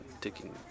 taking